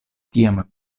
tiam